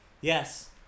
Yes